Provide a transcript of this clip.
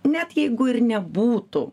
net jeigu ir nebūtų